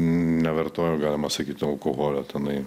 nevartojo galima sakyt to alkoholio tenai